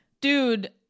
dude